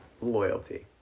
Loyalty